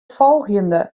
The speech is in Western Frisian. folgjende